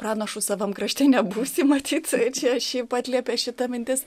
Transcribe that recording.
pranašu savam krašte nebūsi matyt čia šiaip atliepia šita mintis